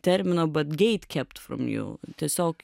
termino but gatekept from you tiesiog